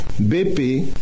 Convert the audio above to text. BP